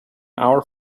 our